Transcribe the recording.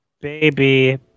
Baby